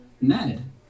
ned